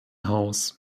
haus